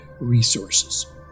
resources